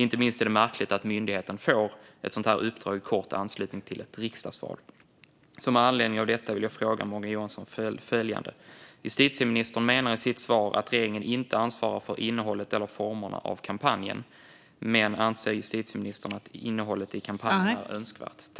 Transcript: Inte minst är det märkligt att myndigheten får ett sådant uppdrag i nära anslutning till ett riksdagsval. Med anledning av detta vill jag fråga Morgan Johansson följande. Justitieministern menar i sitt svar att regeringen inte ansvarar för innehållet i eller formerna för kampanjen, men anser justitieministern att innehållet i kampanjen är önskvärt?